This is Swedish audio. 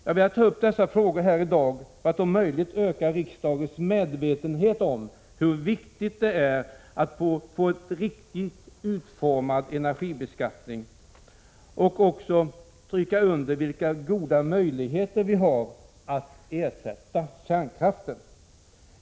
Jag har velat ta upp dessa frågor här i dag, för att om möjligt öka riksdagens medvetenhet om hur viktigt det är med en riktigt utformad energibeskattning och också stryka under vilka goda möjligheter vi har att ersätta kärnkraften.